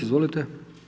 Izvolite.